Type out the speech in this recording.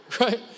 Right